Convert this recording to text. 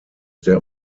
der